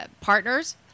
partners